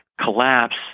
Collapse